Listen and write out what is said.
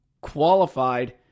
qualified